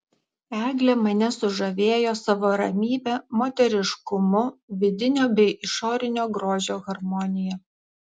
eglė mane sužavėjo savo ramybe moteriškumu vidinio bei išorinio grožio harmonija